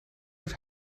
have